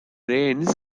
branes